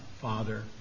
Father